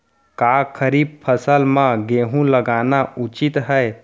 का खरीफ फसल म गेहूँ लगाना उचित है?